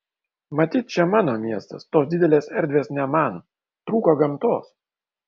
matyt čia mano miestas tos didelės erdvės ne man trūko gamtos